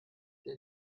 der